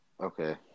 Okay